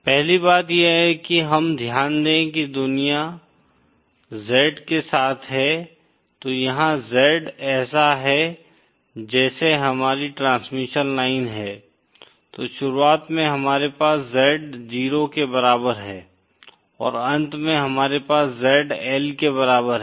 पहली बात यह है कि हम ध्यान दें कि दुनिया Z के साथ है तो यहाँ Z ऐसा है जैसे हमारी ट्रांसमिशन लाइन है तो शुरुआत में हमारे पास Z 0 के बराबर है और अंत में हमारे पास Z L के बराबर है